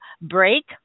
break